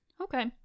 Okay